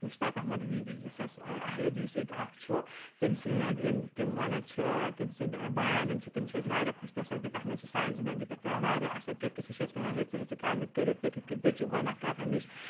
مُشتاق احمد ویٖری یُس اَسہِ اہلہِ حدیٖس ییٚتہِ اکھ چھُ تٔمۍ سٕنٛدۍ یِم تِم وَنان چھِ تٔمۍ سٕنٛدۍ بیان یِم چھِ تِم چھِ اَسہِ واریاہ خۄش گژھان کہِ تَتھ منٛز چھِ سانہِ زندگی پؠٹھ پیٚوان واریاہ اَثر کیازِ کہِ سُہ چھُ اَسہِ وَنان رٕژ رٕژ کامہِ کٔرِو تُہۍ کِتھ کٔنۍ بٔچو گۄناہ کَرنہٕ نِش